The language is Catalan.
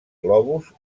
globus